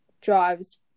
drives